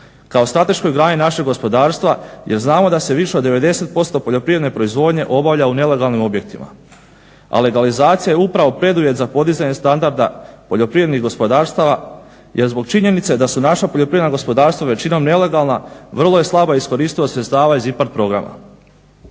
kao strateškoj grani našeg gospodarstva. Jer znamo da se više od 90% poljoprivredne proizvodnje obavlja u nelegalnim objektima. A legalizacija je upravo preduvjet za podizanje standarda poljoprivrednih gospodarstava, jer zbog činjenice da su naša poljoprivredna gospodarstva većinom nelegalna. Vrlo je slaba iskoristivost sredstava iz IPARD programa.